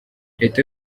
leta